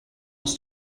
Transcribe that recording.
aus